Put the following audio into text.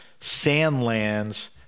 sandlands